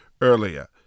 earlier